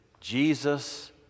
Jesus